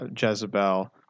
Jezebel